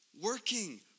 working